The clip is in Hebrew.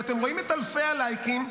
את רואים את אלפי הלייקים,